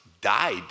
died